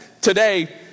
Today